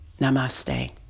Namaste